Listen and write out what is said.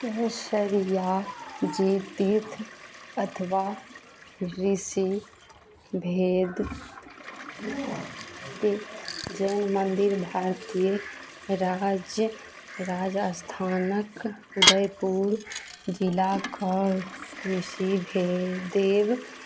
केसरिया जी तीर्थ अथबा ऋषि भेद जैन मन्दिर भारतीय राज्य राजस्थानक उदयपुर जिलाके ऋषिभदेब